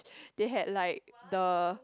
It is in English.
they had like the